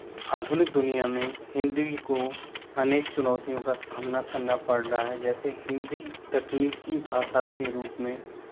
आधुनिक दुनिया में हिन्दी को अनेक चुनौतियों का सामना करना पड़ रहा है जैसे हिन्दी तकनीकी भाषा के रूप में